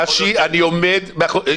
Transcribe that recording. אשי, אני עומד מאחורי זה.